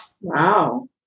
Wow